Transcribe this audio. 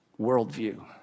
worldview